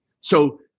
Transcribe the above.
So-